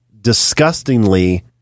disgustingly